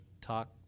talk